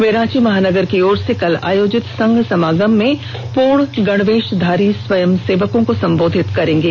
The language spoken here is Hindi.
वे रांची महानगर की ओर से कल आयोजित संघ समागम में पूर्ण गणवेशधारी स्वयंसेवकों को संबोधित करेंगे